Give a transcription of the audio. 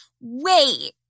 wait